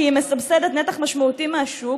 כי היא מסבסדת נתח משמעותי מהשוק,